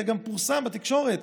זה גם פורסם בתקשורת,